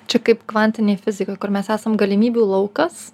čia kaip kvantinėj fizikoj kur mes esam galimybių laukas